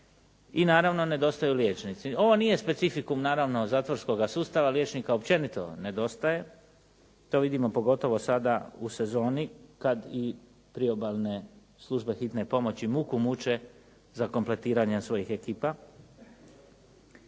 i naravno, nedostaju liječnici. Ovo nije specifikum naravno zatvorskoga sustava, liječnika općenito nedostaje. To vidimo pogotovo sada u sezoni kad i priobalne službe hitne pomoći muku muče za kompletiranje svojih ekipa.